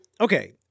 okay